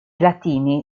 latini